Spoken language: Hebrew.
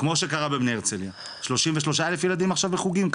כמו שקרה בבני הרצליה כ-33,000 ילדים עכשיו בחוגים,